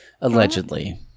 allegedly